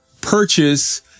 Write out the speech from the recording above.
purchase